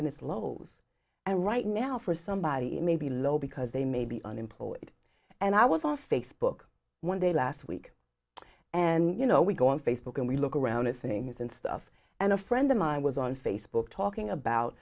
its lows and right now for somebody maybe low because they may be unemployed and i was off facebook one day last week and you know we go on facebook and we look around at things and stuff and a friend of mine was on facebook talking about